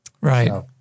Right